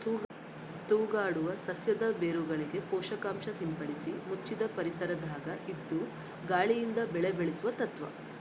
ತೂಗಾಡುವ ಸಸ್ಯದ ಬೇರುಗಳಿಗೆ ಪೋಷಕಾಂಶ ಸಿಂಪಡಿಸಿ ಮುಚ್ಚಿದ ಪರಿಸರದಾಗ ಇದ್ದು ಗಾಳಿಯಿಂದ ಬೆಳೆ ಬೆಳೆಸುವ ತತ್ವ